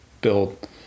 build